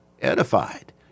edified